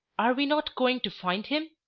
are we not going to find him?